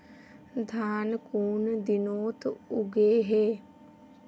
धान कुन दिनोत उगैहे